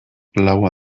laua